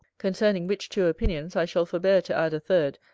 concerning which two opinions i shall forbear to add a third,